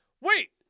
Wait